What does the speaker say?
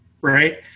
Right